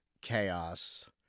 chaos